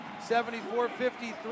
74-53